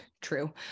True